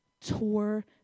tore